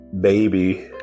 baby